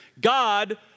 God